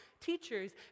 teachers